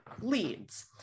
leads